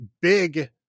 big